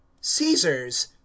caesar's